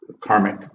karmic